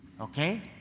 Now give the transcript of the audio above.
Okay